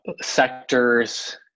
sectors